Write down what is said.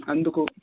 అందుకు